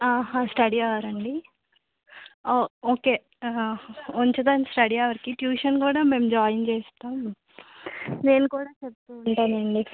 హ స్టడీ హవరా అండి ఓ ఓకే ఉంచుతాం స్టడీ హవర్కి ట్యూషన్ కూడా మేము జాయిన్ చేయిస్తాం నేను కూడా చెప్తూ ఉంటాను అండి